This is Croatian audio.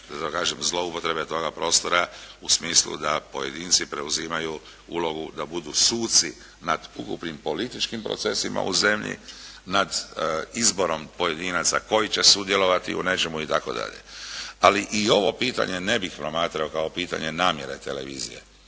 zloupotrebe toga prostora u smislu da pojedinci preuzimaju ulogu da budu suci nad ukupnim političkim procesima u zemlji. Nad izborom pojedinaca koji će sudjelovati u nečemu i tako dalje. Ali i ovo pitanje ne bih promatrao kao pitanje namjere televizije